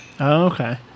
Okay